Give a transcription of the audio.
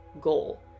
goal